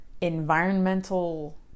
environmental